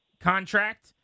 contract